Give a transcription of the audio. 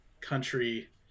country